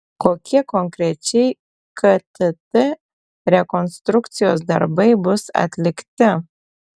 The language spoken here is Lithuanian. kokie konkrečiai ktt rekonstrukcijos darbai bus atlikti